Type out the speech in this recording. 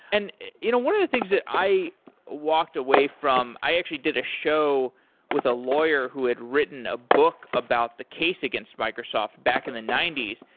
and you know one of the things that i walked away from, i actually did a show with a lawyer who had written a book about the case against microsoft back in the ninety s,